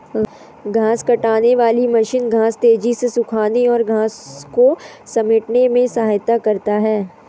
घांस काटने वाली मशीन घांस तेज़ी से सूखाने और घांस को समेटने में सहायता करता है